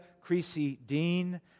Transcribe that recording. Creasy-Dean